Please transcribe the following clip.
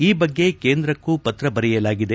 ಈ ಬಗ್ಗೆ ಕೇಂದ್ರಕ್ಕೂ ಪತ್ರ ಬರೆಯಲಾಗಿದೆ